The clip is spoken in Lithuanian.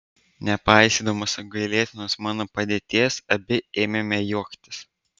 nepaisydamos apgailėtinos mano padėties abi ėmėme juoktis